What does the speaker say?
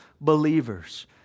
believers